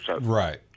right